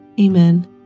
Amen